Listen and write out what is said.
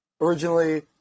originally